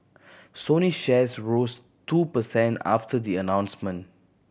Sony shares rose two per cent after the announcement